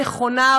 נכונה,